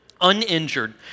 uninjured